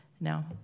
No